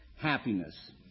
happiness